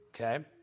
Okay